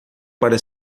para